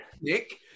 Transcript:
Nick